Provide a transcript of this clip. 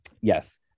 yes